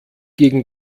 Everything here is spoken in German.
gegen